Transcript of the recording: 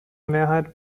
mehrheit